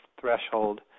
threshold